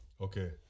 okay